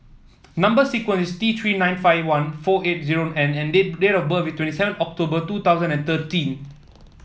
number sequence is T Three nine five one four eight zero N and date date of birth is twenty seven October two thousand and thirteen